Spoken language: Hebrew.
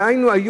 דהיינו,